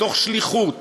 מתוך שליחות,